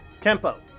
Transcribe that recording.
Tempo